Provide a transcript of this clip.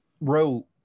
wrote